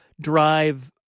drive